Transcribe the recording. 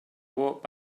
walked